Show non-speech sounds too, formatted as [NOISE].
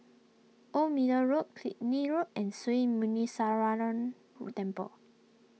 Old Middle Road Killiney Road and Sri Muneeswaran [UNINTELLIGIBLE] Temple